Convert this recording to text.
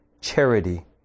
charity